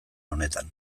honetan